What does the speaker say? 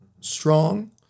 strong